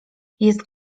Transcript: jest